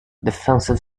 defensive